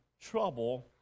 trouble